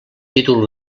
títol